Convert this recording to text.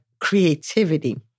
creativity